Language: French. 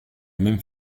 même